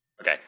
Okay